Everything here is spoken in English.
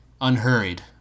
unhurried